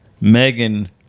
Megan